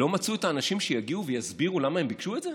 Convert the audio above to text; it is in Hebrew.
לא מצאו את האנשים שיגיעו ויסבירו למה הם ביקשו את זה?